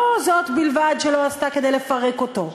לא זו בלבד שלא עשתה כדי לפרק אותו,